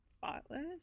thoughtless